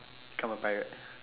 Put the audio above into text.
become a pirate